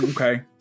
Okay